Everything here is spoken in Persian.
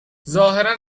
ظاهرا